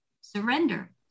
surrender